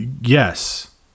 Yes